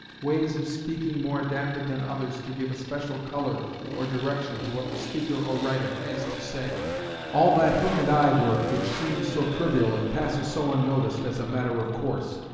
ways of speaking more adapted than others to give a special colour or direction to what the speaker or writer has to say all that hook-and-eye work which seems so trivial and passes so unnoticed as a matter of course,